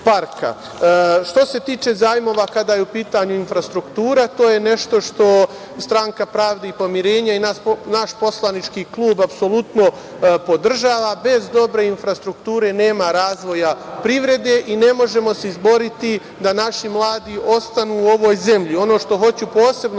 se tiče zajmova kada je u pitanju infrastruktura to je nešto što Stranka pravde i pomirenja i naš poslanički klub apsolutno podržava. Bez dobre infrastrukture nema razvoja privrede i ne možemo se izboriti da naši mladi ostanu u ovoj zemlji. Ono što hoću posebno